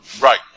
right